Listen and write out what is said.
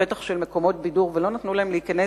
בפתח של מקומות בידור ולא נתנו להם להיכנס.